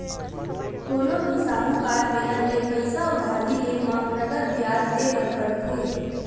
कोनो भी साहूकार मेरन ले पइसा उधारी लेय म नँगत बियाज देय बर परथे